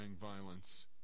violence